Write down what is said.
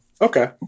Okay